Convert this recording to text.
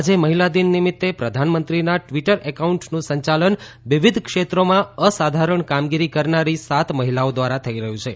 આજે મહિલા દિન નિમિત્તે પ્રધાનમંત્રીના ટવીટર એકાઉન્ટનું સંચાલન વિવિધ ક્ષેત્રોમાં અસાધારણ કામગીરી કરનારી સાત મહિલાઓ દ્વારા થઇ રહ્યું છે